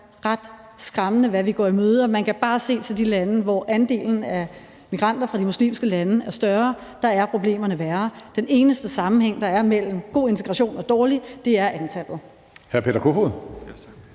ret skræmmende, hvad vi går i møde, og man kan bare se til de lande, hvor andelen af migranter fra de muslimske lande er større. Der er problemerne værre. Den eneste sammenhæng, der er mellem en god integration og en dårlig, er antallet. Kl. 16:19 Tredje